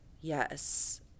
yes